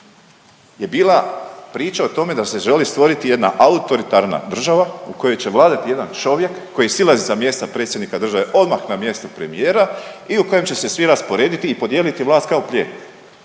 je bila priča o tome da se želi stvoriti jedna autoritarna država u kojoj će vladati jedan čovjek koji silazi sa mjesta predsjednika države odmah na mjesto premijera i u kojem će se svi rasporediti i podijeliti vlast kao plijen